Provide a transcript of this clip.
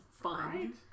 fun